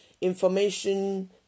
information